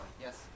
Yes